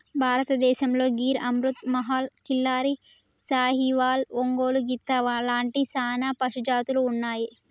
భారతదేసంతో గిర్ అమృత్ మహల్, కిల్లారి, సాహివాల్, ఒంగోలు గిత్త లాంటి సానా పశుజాతులు ఉన్నాయి